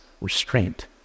restraint